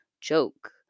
joke